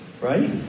Right